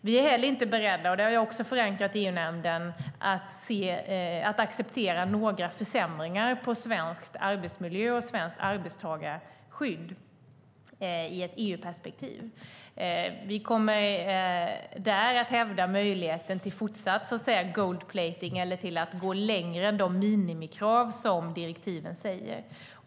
Vi är heller inte beredda - det har jag också förankrat i EU-nämnden - att acceptera några försämringar av svensk arbetsmiljö och svenskt arbetstagarskydd i ett EU-perspektiv. Vi kommer där att hävda möjligheten till fortsatt, så att säga, gold-plating eller att gå längre än de minimikrav som direktiven anger.